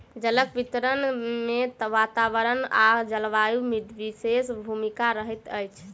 जलक वितरण मे वातावरण आ जलवायुक विशेष भूमिका रहैत अछि